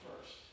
first